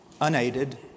unaided